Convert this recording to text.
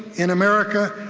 in america,